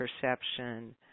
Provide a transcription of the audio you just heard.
perception